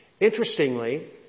Interestingly